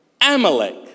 Amalek